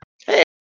Hey